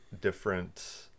different